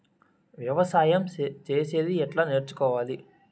వ్యవసాయం చేసేది ఎట్లా నేర్చుకోవాలి?